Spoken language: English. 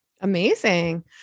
Amazing